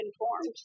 informed